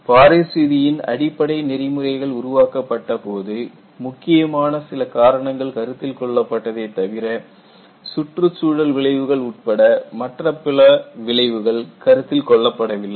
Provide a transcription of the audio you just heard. Paris விதியின் அடிப்படை நெறிமுறைகள் உருவாக்கப்பட்டபோது முக்கியமான சில காரணங்கள் கருத்தில் கொள்ளப்பட்டதே தவிர சுற்றுச்சூழல் விளைவுகள் உட்பட மற்ற பல விளைவுகள் கருத்தில் கொள்ளப்படவில்லை